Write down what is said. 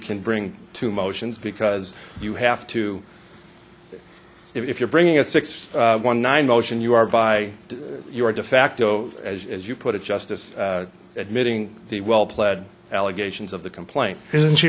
can bring two motions because you have to if you're bringing a six one nine motion you are by your de facto as you put it just as admitting the well pled allegations of the complaint isn't she